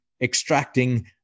extracting